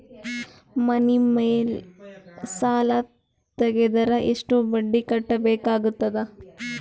ಮನಿ ಮೇಲ್ ಸಾಲ ತೆಗೆದರ ಎಷ್ಟ ಬಡ್ಡಿ ಕಟ್ಟಬೇಕಾಗತದ?